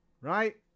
Right